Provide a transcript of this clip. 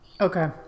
Okay